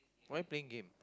why playing game